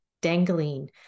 dangling